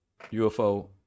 ufo